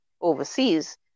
overseas